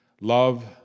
Love